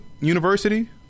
University